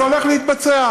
זה הולך להתבצע.